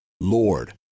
Lord